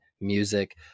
music